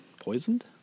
poisoned